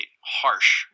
harsh